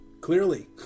clearly